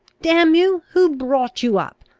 damn you! who brought you up?